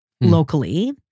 locally